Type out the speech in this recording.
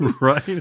Right